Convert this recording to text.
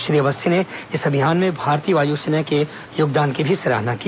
श्री अवस्थी ने इस अभियान में भारतीय वायुसेना के योगदान की भी सराहना की